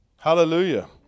Hallelujah